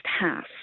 half